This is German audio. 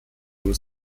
nur